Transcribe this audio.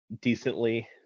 decently